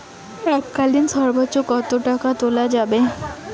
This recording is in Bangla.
এককালীন সর্বোচ্চ কত টাকা তোলা যাবে?